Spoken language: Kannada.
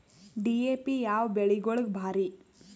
ಡಿ.ಎ.ಪಿ ಯಾವ ಬೆಳಿಗೊಳಿಗ ಭಾರಿ?